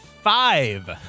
five